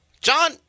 John